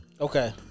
Okay